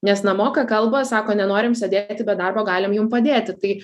nes na moka kalbą sako nenorim sėdėti be darbo galim jum padėti tai